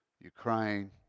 Ukraine